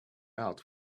out